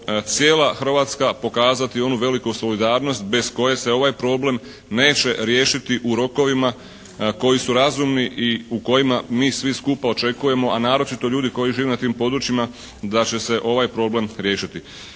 cijela Hrvatska pokazati onu veliku solidarnost bez koje se ovaj probleme neće riješiti u rokovima koji su razumni i u kojima mi svi skupa očekujemo, a naročito ljudi koji žive na tim područjima da će se ovaj problem riješiti.